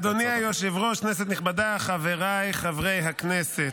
אדוני היושב-ראש, כנסת נכבדה, חבריי חברי הכנסת,